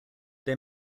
they